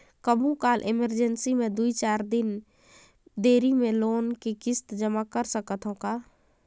कभू काल इमरजेंसी मे दुई चार दिन देरी मे लोन के किस्त जमा कर सकत हवं का?